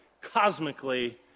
cosmically